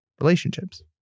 relationships